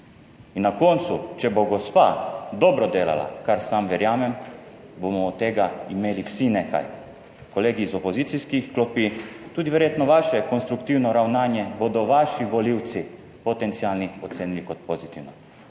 na koncu, če bo gospa dobro delala, kar sam verjamem, bomo od tega imeli vsi nekaj kolegi iz opozicijskih klopi, tudi verjetno vaše konstruktivno ravnanje, bodo vaši volivci, potencialni, ocenili kot pozitivno,